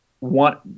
want